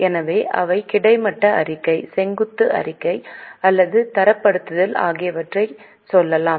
எனவே அவை கிடைமட்ட அறிக்கை செங்குத்து அறிக்கை அல்லது தரப்படுத்தல் ஆகியவற்றிற்கு செல்லலாம்